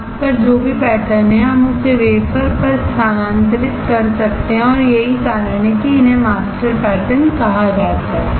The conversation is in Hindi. मास्क पर जो भी पैटर्न है हम उसे वेफर पर स्थानांतरित कर सकते हैं और यही कारण है कि इन्हें मास्टर पैटर्न कहा जाता है